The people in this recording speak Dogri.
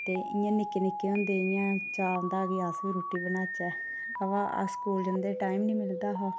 ते इंया निक्के निक्के होंदे चाऽ होंदा हा कि अस रुट्टी बनाचै बाऽ अस स्कूल जंदे हे ते असेंगी टाईम गै निं होंदा हा